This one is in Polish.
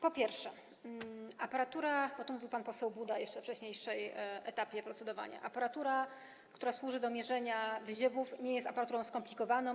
Po pierwsze, o tym mówił pan poseł Buda jeszcze na wcześniejszym etapie procedowania, aparatura, która służy do mierzenia wyziewów, nie jest aparaturą skomplikowaną.